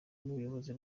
n’ubuyobozi